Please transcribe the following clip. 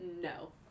No